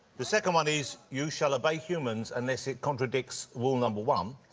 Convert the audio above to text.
the second one is, you shall obey humans unless it contradicts rule number one.